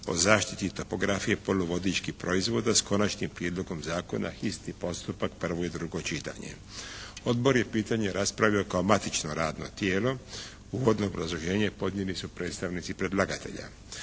o zaštiti topografije poluvodičkih proizvoda, s Konačnim prijedlogom zakona, hitni postupak, prvo i drugo čitanje. Odbor je pitanje raspravio kao matično radno tijelo. Uvodno obrazloženje podnijeli su predstavnici predlagatelja.